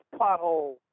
pothole